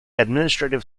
administrative